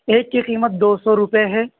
ایک کی قیمت دو سو روپے ہے